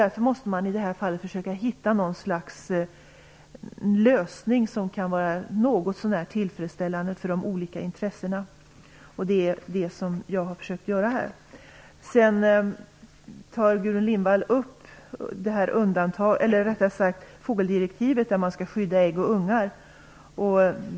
Därför måste man försöka att hitta en lösning som kan vara något så när tillfredsställande för de olika intressena. Det är det som jag har försökt att göra. Gudrun Lindvall tog upp frågan om fågeldirektivet som innebär att man skall skydda ägg och ungar.